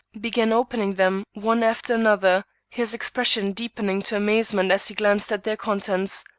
began opening them one after another, his expression deepening to amazement as he glanced at their contents.